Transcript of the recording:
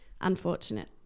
unfortunate